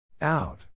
out